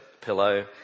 pillow